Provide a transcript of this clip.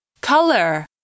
color